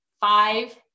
five